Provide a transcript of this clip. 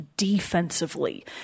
Defensively